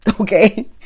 Okay